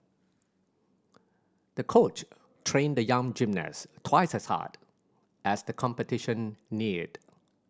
the coach trained the young gymnast twice as hard as the competition neared